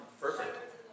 Perfect